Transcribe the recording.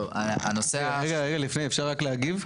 רגע לפני אפשר רק להגיב?